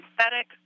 synthetic